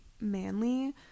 manly